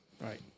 right